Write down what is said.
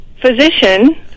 physician